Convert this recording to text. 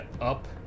up